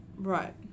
right